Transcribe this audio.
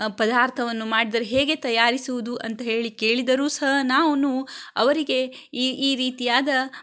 ಪದಾರ್ಥವನ್ನು ಮಾಡಿದರೆ ಹೇಗೆ ತಯಾರಿಸುವುದು ಅಂತ ಹೇಳಿ ಕೇಳಿದರೂ ಸಹ ನಾನು ಅವರಿಗೆ ಈ ಈ ರೀತಿಯಾದ